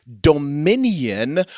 dominion